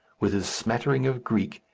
with his smattering of greek,